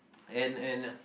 and and uh